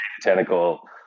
Tentacle